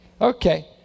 Okay